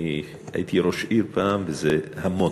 הייתי ראש עיר פעם, וזה המון.